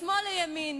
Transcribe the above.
משמאל לימין,